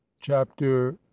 Chapter